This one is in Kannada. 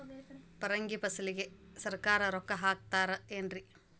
ಪರಂಗಿ ಫಸಲಿಗೆ ಸರಕಾರ ರೊಕ್ಕ ಹಾಕತಾರ ಏನ್ರಿ?